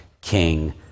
king